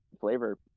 flavor